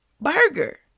burger